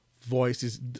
voices